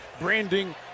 branding